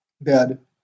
bed